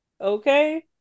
Okay